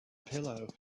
pillow